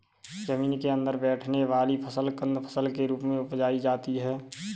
जमीन के अंदर बैठने वाली फसल कंद फसल के रूप में उपजायी जाती है